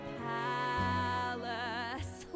palace